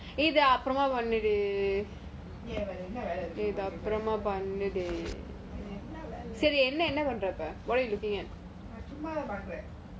ஏன் வேற என்ன வெல்ல இருக்கு நம்மளுக்கு இப்போ என்ன வெல்ல இருக்கு நான் சும்மா தான் பாக்குறான்:yean vera enna vella iruku namaluku ipo enna vella iruku naan summa thaan paakuran